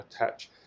attach